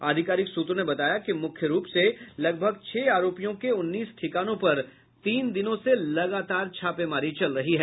आधिकारिक सूत्रों ने बताया कि मुख्य रूप से लगभग छह आरोपियों के उन्नीस ठिकानों पर तीन दिनों से लगातार छापेमारी चल रही है